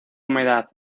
humedad